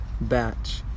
batch